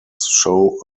show